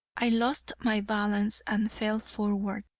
i lost my balance and fell forward,